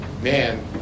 man